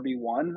rb1